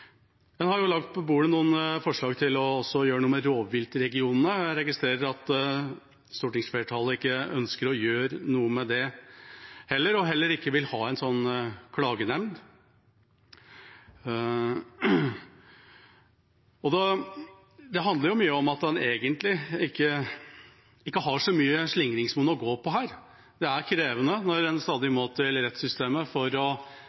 En har lagt på bordet noen forslag til å gjøre noe med rovviltregionene. Jeg registrerer at stortingsflertallet ikke ønsker å gjøre noe med det heller, og en vil heller ikke ha en sånn klagenemnd. Det handler mye om at en egentlig ikke har så stort slingringsmonn å gå på her. Det er krevende når en stadig må til rettssystemet for å